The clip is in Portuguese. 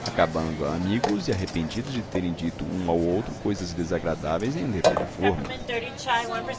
acabando amigos e arrependidos de terem dito um ao outro coisas desagradáveis em letra de forma